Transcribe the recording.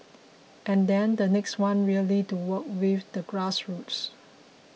and then the next one really to work with the grassroots